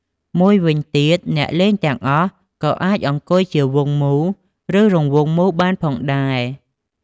មួយវិញទៀត អ្នកលេងទាំងអស់ក៏អាចអង្គុយជា វង់មូល ឬរង្វង់មូលបានផងដែរ។